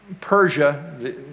Persia